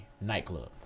nightclub